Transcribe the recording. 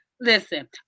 listen